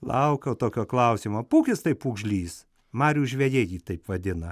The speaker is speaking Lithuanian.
laukiau tokio klausimo pūkis tai pugžlys marių žvejai jį taip vadina